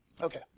Okay